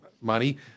money